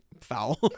foul